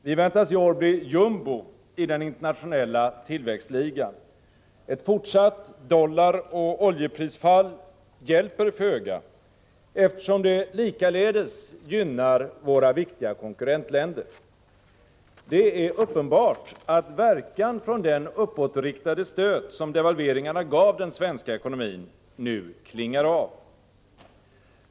Vi väntas i år bli jumbo i den internationella tillväxtligan. Ett fortsatt dollaroch oljeprisfall hjälper föga, eftersom det likaledes gynnar våra viktiga konkurrentländer. Det är uppenbart att verkan från den uppåtriktade stöt som devalveringarna gav den svenska ekonomin nu klingar av.